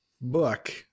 book